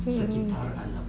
mm